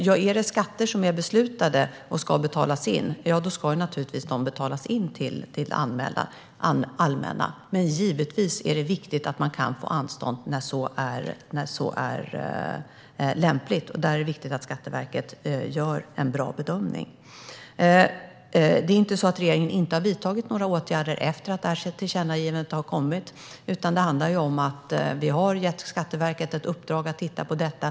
Om det är skatter som är beslutade ska de naturligtvis betalas in till det allmänna, men givetvis är det viktigt att man kan få anstånd när så är lämpligt. Där är det viktigt att Skatteverket gör en bra bedömning. Det är inte så att regeringen inte har vidtagit några åtgärder efter det att tillkännagivandet kom, utan vi har gett Skatteverket i uppdrag att titta på detta.